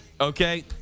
Okay